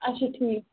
اَچھا ٹھیٖک